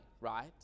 right